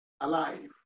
alive